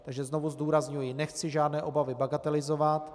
Takže znovu zdůrazňuji, nechci žádné obavy bagatelizovat.